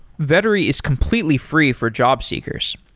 vettery is completely free for job seekers.